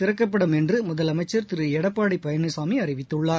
திறக்கப்படும் என்று முதலனமச்சர் திரு எடப்பாடி பழனிசாமி அறிவித்துள்ளார்